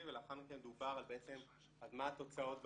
ולאחר מכן דובר בעצם על מה התוצאות במערכת.